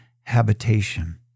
habitation